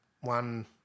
one